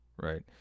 right